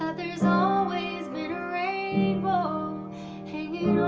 ah there's always been a rainbow hangin'